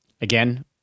Again